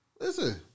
Listen